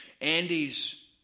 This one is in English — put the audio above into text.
Andy's